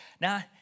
Now